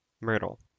Myrtle